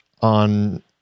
on